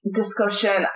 discussion